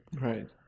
Right